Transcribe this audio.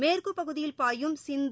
மேற்குப்பகுதியில் பாயும் சிந்து